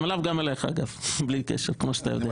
גם עליו וגם עליך, אגב, בלי קשר, כמו שאתה יודע.